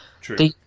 True